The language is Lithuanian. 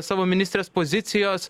savo ministrės pozicijos